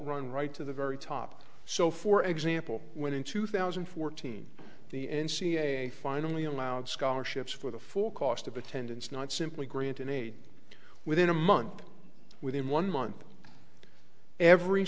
run right to the very top so for example when in two thousand and fourteen the n c a a finally allowed scholarships for the full cost of attendance not simply granted aid within a month within one month every